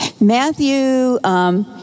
Matthew